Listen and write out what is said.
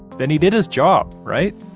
then he did his job, right?